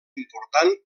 important